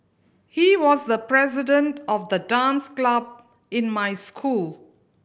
he was the president of the dance club in my school